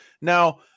Now